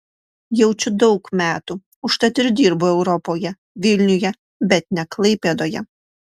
jaučiu daug metų užtat ir dirbu europoje vilniuje bet ne klaipėdoje